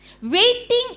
Waiting